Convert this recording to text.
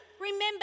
Remember